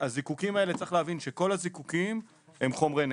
צריך להבין שכל הזיקוקין הם חומרי נפץ.